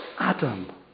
Adam